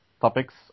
topics